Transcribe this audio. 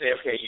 okay